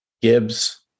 Gibbs